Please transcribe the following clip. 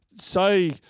say